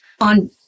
on